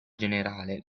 generale